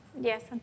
Yes